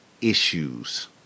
issues